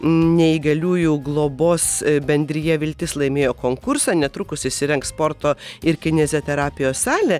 neįgaliųjų globos bendrija viltis laimėjo konkursą netrukus įsirengs sporto ir kineziterapijos salę